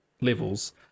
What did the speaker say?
levels